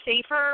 safer